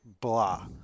blah